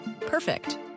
Perfect